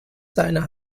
seiner